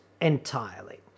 entirely